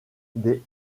des